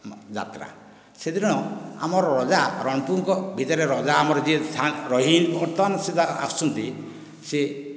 ଯାତ୍ରା ସେଦିନ ଆମର ରଜା ରଣପୁରଙ୍କ ଭିତରେ ରଜା ଆମର ଯିଏ ରହିଥାନ୍ତି ବର୍ତ୍ତମାନ ସୁଦ୍ଧା ଆସୁଛନ୍ତି ସିଏ